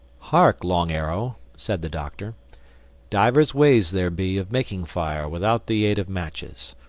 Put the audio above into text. hark, long arrow, said the doctor divers ways there be of making fire without the aid of matches.